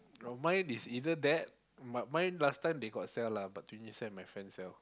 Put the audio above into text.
oh my is either that but my last time they got sell lah but twenty cents my friend sell